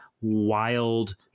wild